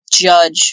judge